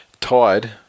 tied